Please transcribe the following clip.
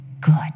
good